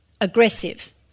aggressive